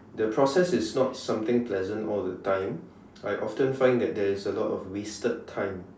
the process is not something pleasant all the time I often find that there is a lot of wasted time